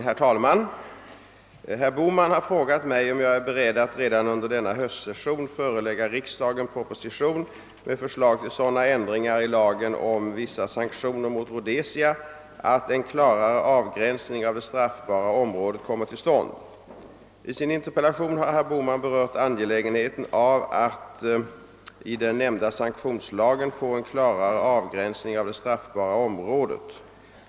Herr talman! Herr Bohman har frågat mig, om jag är beredd att redan under denna höstsession förelägga riksdagen proposition med förslag till så dana ändringar i lagen om vissa sanktioner mot Rhodesia, att en klarare avgränsning av det straffbara området kommer till stånd. I sin interpellation har herr Bohman berört angelägenheten av att i den nämnda sanktionslagen få en klarare avgränsning av det straffbara området.